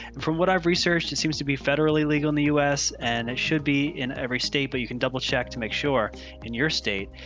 from what i've researched, it seems to be federally legal in the us and it should be in every state but you can double check to make sure in your state,